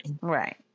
Right